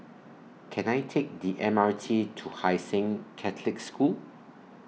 Can I Take The M R T to Hai Sing Catholic School